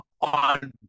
on